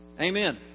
Amen